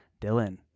Dylan